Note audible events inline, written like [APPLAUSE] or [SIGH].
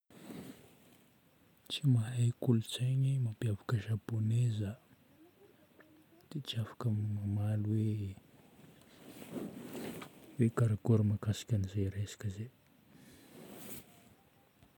Tsy mahay kolontsaigny mampiavaka japôney za dia tsy afaka mamaly hoe [NOISE] hoe karakory mahakasika an'izay resaka izay. [NOISE]